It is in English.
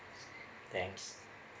thanks